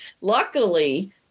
luckily